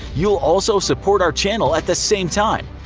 you will also support our channel at the same time!